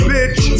Bitch